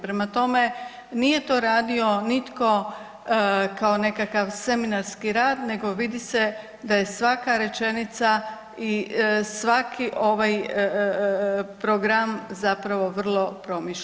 Prema tome, nije to radio nitko kao nekakav seminarski rad nego vidi se da je svaka rečenica i svaki ovaj program zapravo vrlo promišljen.